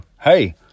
hey